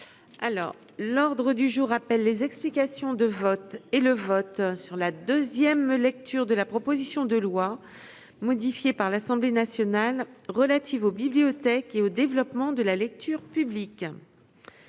acteurs. L'ordre du jour appelle les explications de vote et le vote sur la deuxième lecture de la proposition de loi, modifiée par l'Assemblée nationale, relative aux bibliothèques et au développement de la lecture publique